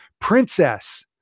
Princess